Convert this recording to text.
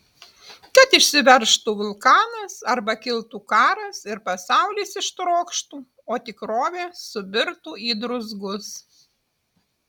kad išsiveržtų vulkanas arba kiltų karas ir pasaulis ištrokštų o tikrovė subirtų į druzgus